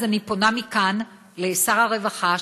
אז אני פונה מכאן לשר הרווחה,